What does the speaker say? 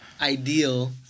ideal